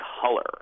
color